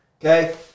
Okay